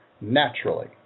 naturally